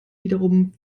wiederum